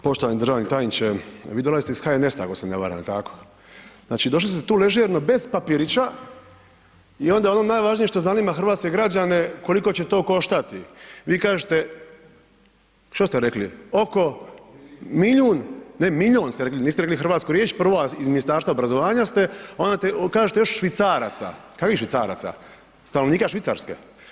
Poštovani državni tajniče, vi dolazite iz HNS-a ako se ne varam, znači došli ste tu ležerno bez papirića i onda ono najvažnije što zanima hrvatske građane koliko će to koštati, vi kažete što ste rekli oko milijun, ne milijon ste rekli hrvatsku riječ prvo, a iz Ministarstva obrazovanja ste, a onda kažete još švicaraca, kakvih švicaraca, stanovnika Švicarske.